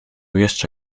jeszcze